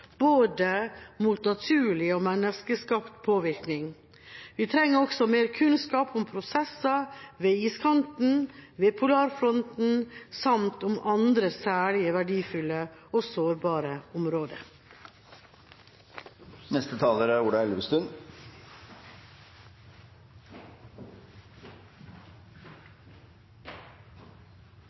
både naturlig og menneskeskapt påvirkning. Vi trenger også mer kunnskap om prosesser ved iskanten, ved polarfronten og om andre særlig verdifulle og sårbare områder. Vi har ekstremt rike havområder, som det er